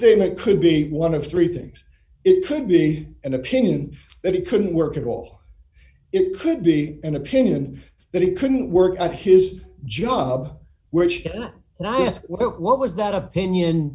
statement could be one of three things it could be an opinion that he couldn't work at all it could be an opinion that he couldn't work at his job which was what was that opinion